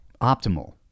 optimal